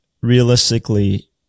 realistically